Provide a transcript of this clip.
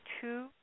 two